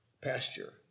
pasture